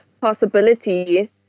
possibility